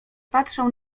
patrzał